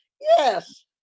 Yes